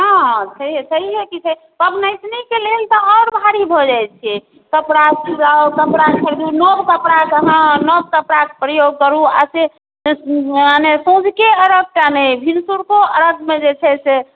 हँ छैहे की पबनैतनिके लेल तऽ आओर भारी भऽ जाइत छै कपड़ा चूराउ कपड़ा खरदू नव कपड़ाके हँ नव कपड़ाके प्रयोग करू आ से नहि सँझुके अर्घ टा नहि भिनसुरको अर्घमे जे छै से